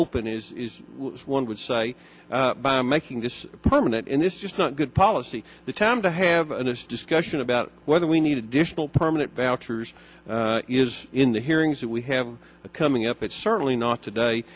open is as one would say by making this permanent and this is just not good policy the time to have an ist discussion about whether we need additional permanent boucher's is in the hearings that we have coming up it's certainly not today